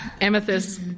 Amethyst